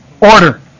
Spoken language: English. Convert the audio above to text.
Order